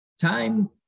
time